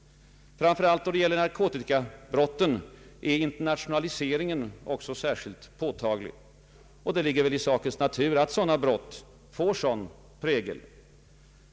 Framför allt när det gäller narkotikabrotten är internationaliseringen särskilt påtaglig, och det ligger i sakens natur att dylika brott får en sådan prägel.